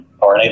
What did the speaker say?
RNA